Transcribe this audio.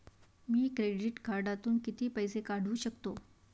मी credit कार्डातून किती पैसे काढू शकतो?